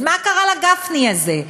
אז מה קרה לגפני הזה?